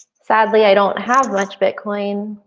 sadly, i don't have much bitcoin,